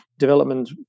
development